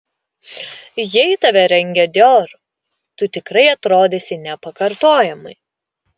jei tave rengia dior tu tikrai atrodysi nepakartojamai